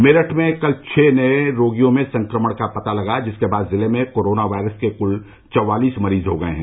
मेरठ में कल छः नए रोगियों में संक्रमण का पता लगा जिसके बाद जिले में कोरोना वायरस के क्ल चौवालीस मरीज हो गए हैं